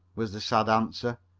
was the sad answer,